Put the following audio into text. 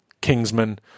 kingsman